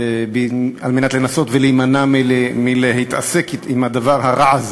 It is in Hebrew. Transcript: על מנת לנסות להימנע מלהתעסק עם הדבר הרע הזה.